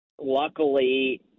luckily